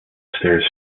stares